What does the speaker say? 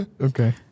Okay